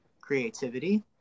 creativity